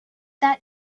that